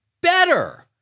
better